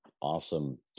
awesome